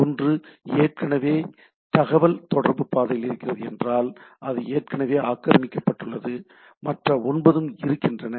ஒன்று ஏற்கனவே தகவல் தொடர்பு பாதையில் இருக்கிறது என்றால் அது ஏற்கனவே ஆக்கிரமிக்கப்பட்டுள்ளது மற்ற ஒன்பதும் இருக்கின்றன